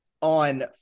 on